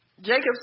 jacob